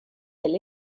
del